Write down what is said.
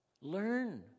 Learn